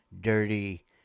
dirty